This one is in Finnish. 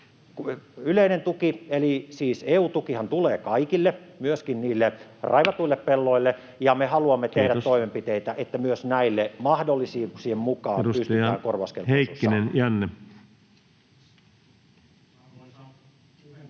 Yleinen tuki eli siis EU-tukihan tulee kaikille, myöskin niille raivatuille pelloille, ja me haluamme tehdä toimenpiteitä, [Puhemies: Kiitos!] että myös näille mahdollisuuksien mukaan pystytään korvauskelpoisuus saamaan.